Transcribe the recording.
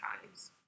times